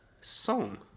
Song